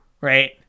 Right